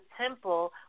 temple